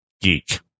geek